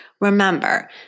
Remember